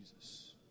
Jesus